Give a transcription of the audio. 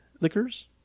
Liquors